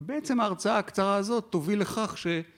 בעצם ההרצאה הקצרה הזאת תוביל לכך ש...